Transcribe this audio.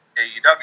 AEW